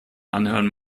anhören